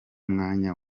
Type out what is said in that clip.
mwanya